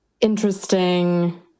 interesting